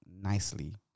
nicely